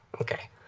okay